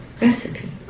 recipe